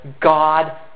God